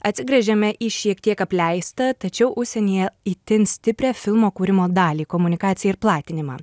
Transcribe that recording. atsigręžiame į šiek tiek apleistą tačiau užsienyje itin stiprią filmo kūrimo dalį komunikaciją ir platinimą